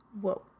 Whoa